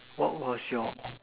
what was your